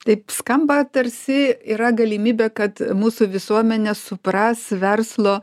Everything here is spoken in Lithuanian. taip skamba tarsi yra galimybė kad mūsų visuomenė supras verslo